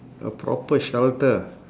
a proper shelter